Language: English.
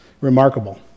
Remarkable